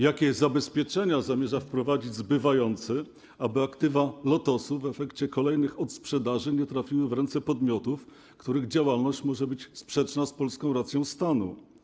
Jakie zabezpieczenia zamierza wprowadzić zbywający, aby aktywa Lotosu w efekcie kolejnych odsprzedaży nie trafiły w ręce podmiotów, których działalność może być sprzeczna z polską racją stanu?